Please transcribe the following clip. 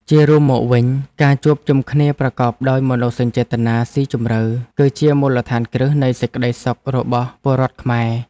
ជារួមមកវិញ ការជួបជុំគ្នាប្រកបដោយមនោសញ្ចេតនាស៊ីជម្រៅ គឺជាមូលដ្ឋានគ្រឹះនៃសេចក្ដីសុខរបស់ពលរដ្ឋខ្មែរ។